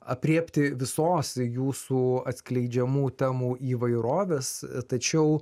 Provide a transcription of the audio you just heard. aprėpti visos jūsų atskleidžiamų temų įvairovės tačiau